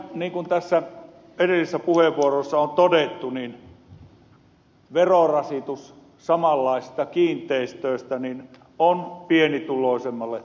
niin kuin edellisissä puheenvuoroissa on todettu verorasitus samanlaisista kiinteistöistä on pienituloisemmalle suhteellisesti rankin